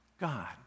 God